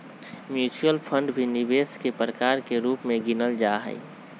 mutual fund भी निवेश के प्रकार के रूप में गिनल जाहई